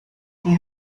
die